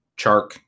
Chark